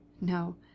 No